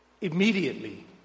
immediately